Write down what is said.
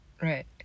right